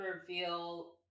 reveal